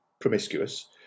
promiscuous